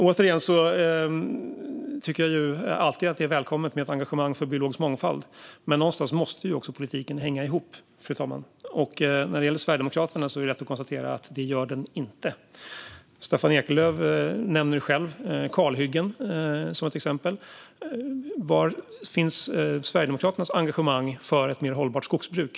Jag tycker att det alltid är välkommet med ett engagemang för biologisk mångfald, men någonstans måste politiken också hänga ihop. När det gäller Sverigedemokraterna är det lätt att konstatera att den inte gör det. Staffan Eklöf nämner själv kalhyggen som ett exempel. Var finns Sverigedemokraternas engagemang för ett mer hållbart skogsbruk?